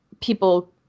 people